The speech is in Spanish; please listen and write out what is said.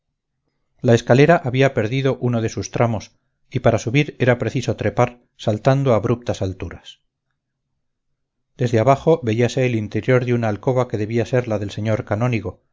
la escalera había perdido uno de sus tramos y para subir era preciso trepar saltando abruptas alturas desde abajo veíase el interior de una alcoba que debía ser la del señor canónigo